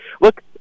Look